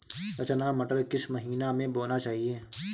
रचना मटर किस महीना में बोना चाहिए?